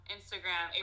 Instagram